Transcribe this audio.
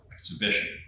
exhibition